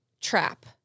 trap